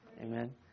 Amen